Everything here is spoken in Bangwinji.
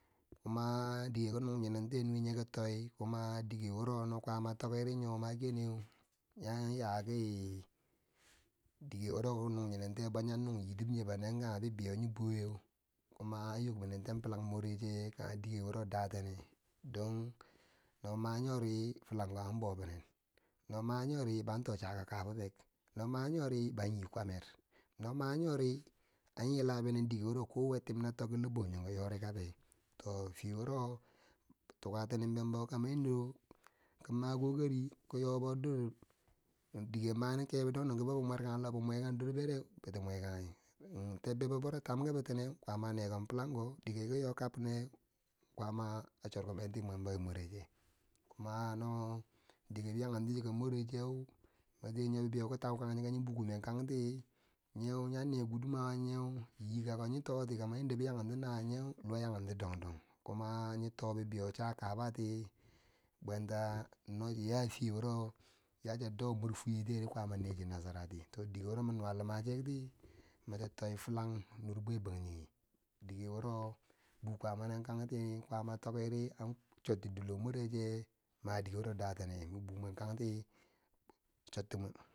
Kuma dike ki nung nyonentinyeu nuwe nye ki toi, kuma di ge wuro no kwa. ama tokiri nyo ma genew nyan ya ki, dike wuro ki nung nyo nentiyeu bo nyon nung nyitob nyebonen konge bibeiyo nya boweu, kuma an yokbenen ten filang moreche kange dika wuro dontene don, no ma nyori filang ko an bo binen no ma nyori ban to chaka kabimek no ma nyori ban nyi kwamer, no ma nyori an yila binen dike wuro kowe tim di a tokki loh banjongo yori kabeu, to fiye wuro tuka timimben bo, kanado ki makokari ki yobo dor dike mani kebo dong dong ki bobi mwerkange nabi mwekandor bereu, biki mwekange, tebbebo wuro tam ki bitineu kwaama, a ne kom filangko dike ki yo ka komeu kwaama chorkimenti mwembo moreche kuma no dike yankenti morecheu nye bibeiyo katau kong nye keu nyo bukimen kanti, nyue nyan ne gudumawa nyeu, nyikako nyo to ki bi yankenti nawo nyeu, dong dong kuma nyato bibeiyo chakaba ti bwenta no chiya fiye doka mwar fwerti yeritiyeri kwaama nechi nasarati to dike wuro min nuwa lumati mwo mi tii toi filing mor bwebanjinge dike wuro min bukwaama nen kanti kwaama tokki di an chotti dilo moreche ma dike woti datene, min bamwen kanti chotti mwem.